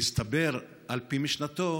והסתבר, על פי משנתו,